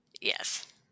Yes